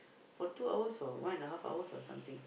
for two hours or one and a half hours or something